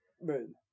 room